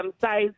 size